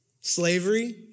Slavery